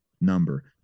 number